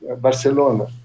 Barcelona